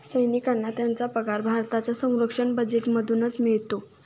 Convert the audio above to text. सैनिकांना त्यांचा पगार भारताच्या संरक्षण बजेटमधूनच मिळतो